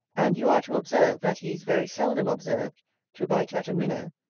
and you are to observe, that he is very seldom observed to bite at a minnow,